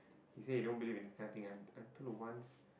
he say he don't believe in this kind of thing until once